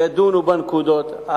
ידונו בנקודות,